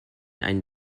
einen